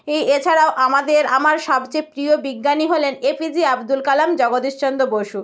এই এছাড়াও আমাদের আমার সবচেয়ে প্রিয় বিজ্ঞানী হলেন এপিজে আব্দুল কালাম জগদীশ চন্দ্র বসু